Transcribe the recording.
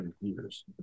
years